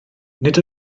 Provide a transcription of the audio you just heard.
nid